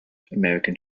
american